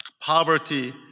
poverty